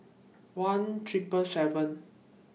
one Triple seven